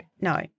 No